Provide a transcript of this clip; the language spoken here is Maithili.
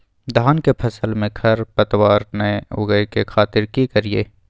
धान के फसल में खरपतवार नय उगय के खातिर की करियै?